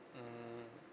mmhmm